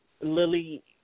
Lily